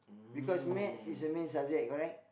because maths is a main subject correct